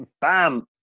Bam